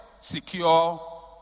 secure